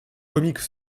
comique